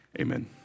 amen